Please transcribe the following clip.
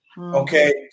Okay